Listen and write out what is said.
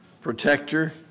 Protector